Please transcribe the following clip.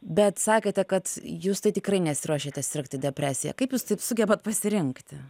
bet sakėte kad jūs tai tikrai nesiruošiate sirgti depresija kaip jūs taip sugebat pasirinkti